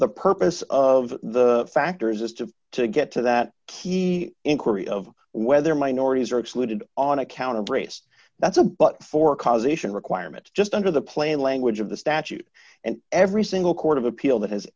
the purpose of the factors is to to get to that key inquiry of whether minorities are excluded on account of race that's a but for cause ation requirement just under the plain language of the statute and every single court of appeal that has